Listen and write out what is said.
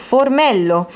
Formello